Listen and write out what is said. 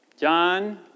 John